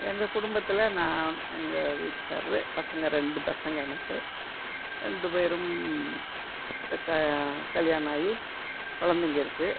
எங்கள் குடும்பத்தில் நான் எங்கள் வீட்டுக்காரர் பசங்கள் ரெண்டு பசங்கள் எனக்கு ரெண்டு பேரும் இப்போதான் கல்யாணம் ஆகி கொழந்தைங்க இருக்குது